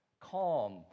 calm